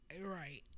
Right